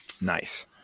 Nice